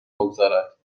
بگذارد